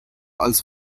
als